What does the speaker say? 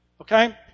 okay